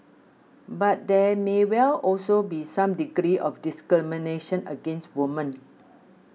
but there may well also be some degree of discrimination against women